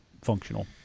functional